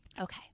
Okay